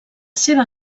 seva